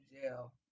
jail